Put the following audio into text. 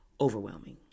overwhelming